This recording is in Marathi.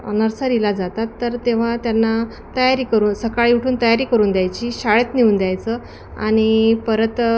नर्सरीला जातात तर तेव्हा त्यांना तयारी करून सकाळी उठून तयारी करून द्यायची शाळेत नेऊन द्यायचं आणि परत